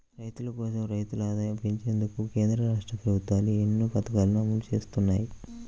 రైతుల కోసం, రైతుల ఆదాయం పెంచేందుకు కేంద్ర, రాష్ట్ర ప్రభుత్వాలు ఎన్నో పథకాలను అమలు చేస్తున్నాయి